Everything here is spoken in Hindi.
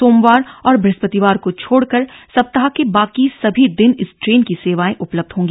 सोमवार और बृहस्पतिवार को छोड़कर सप्ताह के बाकी सभी दिन इस ट्रेन की सेवाएं उपलब्ध होंगी